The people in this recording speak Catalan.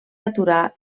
aturar